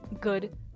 good